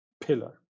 pillar